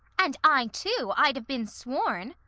and i too, i'd have been sworn.